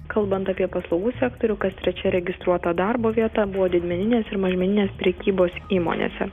kalbant apie paslaugų sektorių kas trečia registruota darbo vieta buvo didmeninės ir mažmeninės prekybos įmonėse